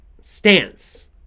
stance